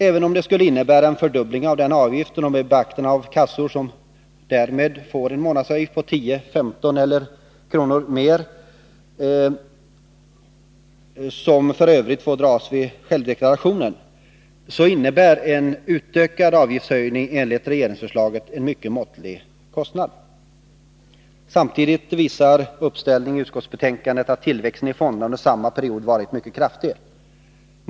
Även om det skulle bli en fördubbling av den avgiften och med beaktande av kassor som därmed får en månadsavgift på 10 eller 15 kr., innebär en utökad avgiftshöjning enligt regeringsförslaget en mycket måttlig kostnad, som därtill får dras av vid deklarationen. Samtidigt visar en uppställning i utskottsbetänkandet att tillväxten i fonderna under samma period varit mycket kraftig.